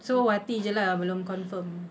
so wati jer lah belum confirm